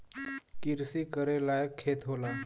किरसी करे लायक खेत होला